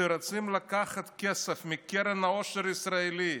שרוצים לקחת כסף מקרן העושר הישראלית,